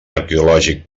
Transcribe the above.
arqueològic